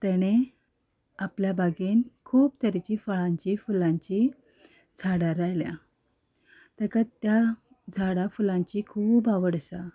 तेणें आपल्या बागेंत खूब तरेचीं फळांचीं फुलांचीं झाडां लायल्यां तेका त्या झाडां फुलांची खूब आवड आसा